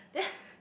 then